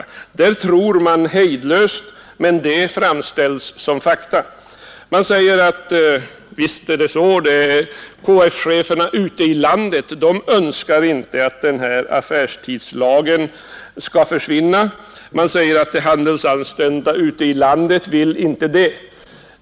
I motionerna tror man hejdlöst, men det framställs som fakta. Motionärerna säger att KF-cheferna ute i landet inte önskar att affärstidslagen skall försvinna och att inte heller de handelsanställda ute i landet vill detta.